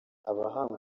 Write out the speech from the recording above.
abahanga